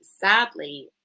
sadly